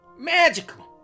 Magical